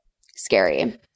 Scary